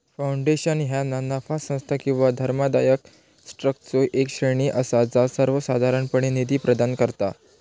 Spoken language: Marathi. फाउंडेशन ह्या ना नफा संस्था किंवा धर्मादाय ट्रस्टचो येक श्रेणी असा जा सर्वोसाधारणपणे निधी प्रदान करता